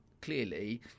clearly